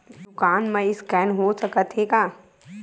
दुकान मा स्कैन हो सकत हे का?